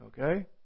Okay